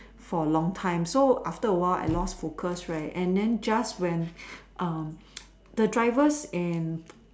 for a long time so after a while I lost focus right and then just when um the drivers and